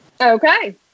Okay